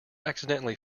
accidentally